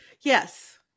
yes